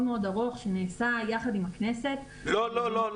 ארוך שנעשה יחד עם הכנסת --- לא לא,